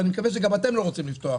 ואני מקווה שגם אתם לא רוצים לפתוח